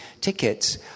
tickets